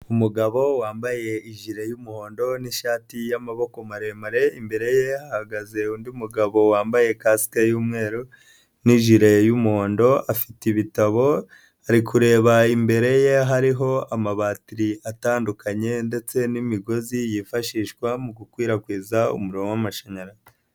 Umugabo wambaye ijire yumuhondo nishati yamaboko maremare, imbere ye ahagaze undi mugabo wambaye kasike y'umweru n'ijire y'umuhondo, afite ibitabo ari kureba, imbere ye hariho amabatiri atandukanye ndetse n'imigozi yifashishwa mu gukwirakwiza umuriro w'amashanyarazi.